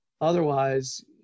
Otherwise